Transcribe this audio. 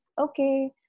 Okay